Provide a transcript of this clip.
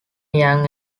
yang